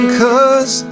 cause